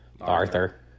Arthur